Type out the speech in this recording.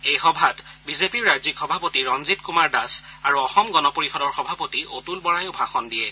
এই সভাত বি জে পিৰ ৰাজ্যিক সভাপতি ৰঞ্জিত কুমাৰ দাস আৰু অসম গণ পৰিষদৰ সভাপতি অতুল বৰাইও ভাষণ দিয়ে